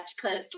closely